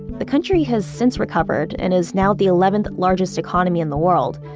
the country has since recovered and is now the eleventh largest economy in the world,